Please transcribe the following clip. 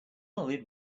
lid